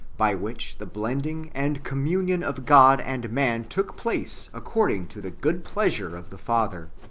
by which the blending and communion of god and man took place according to the good pleasure of the father,